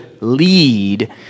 lead